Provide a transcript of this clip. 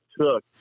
took